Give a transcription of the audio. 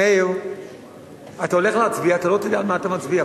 מאיר, אתה הולך להצביע, אתה לא תדע על אתה מצביע.